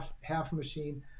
half-machine